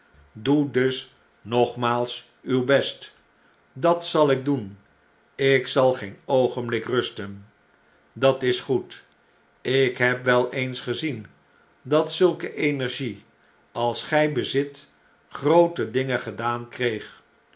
doe dus nogmaals uw best dat zal ik doen ikzalgeenoogenblikrusten dat is goed ik heb wel eens gezien dat zulke energie als gj bezit groote dingen gedaan kreeg